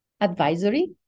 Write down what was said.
advisory